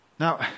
Now